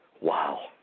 Wow